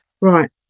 Right